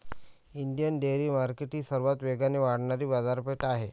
Indian dairy market ही सर्वात वेगाने वाढणारी बाजारपेठ आहे